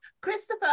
Christopher